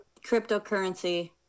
cryptocurrency